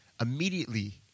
Immediately